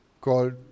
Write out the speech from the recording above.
called